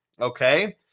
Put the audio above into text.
okay